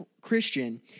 Christian